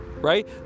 right